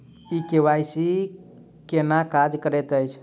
ई KYC केना काज करैत अछि?